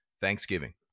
Thanksgiving